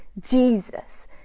Jesus